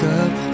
up